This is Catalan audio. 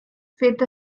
fet